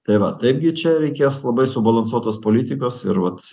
tai va taip gi čia reikės labai subalansuotos politikos ir vat